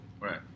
Right